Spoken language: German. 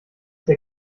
der